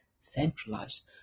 centralized